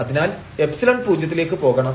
അതിനാൽ എപ്സിലൺ പൂജ്യത്തിലേക്ക് പോകണം